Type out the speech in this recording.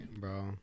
bro